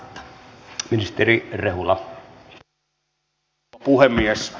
arvoisa herra puhemies